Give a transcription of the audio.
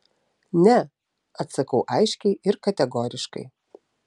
ne atsakau aiškiai ir kategoriškai